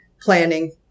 planning